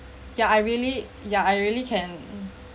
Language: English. ya I really yeah I really can